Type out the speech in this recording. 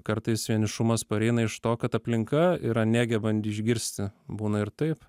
kartais vienišumas pareina iš to kad aplinka yra negebanti išgirsti būna ir taip